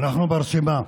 אנחנו ברשימה.